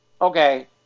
okay